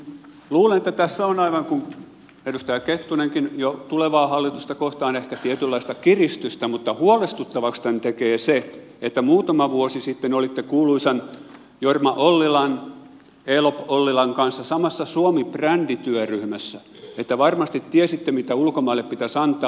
luulen aivan kuten edustaja kettunenkin että tässä on jo tulevaa hallitusta kohtaan ehkä tietynlaista kiristystä mutta huolestuttavaksi tämän tekee se että muutama vuosi sitten olitte kuuluisan jorma ollilan elop ollilan kanssa samassa suomi brändityöryhmässä niin että varmasti tiesitte mitä ulkomaille pitäisi antaa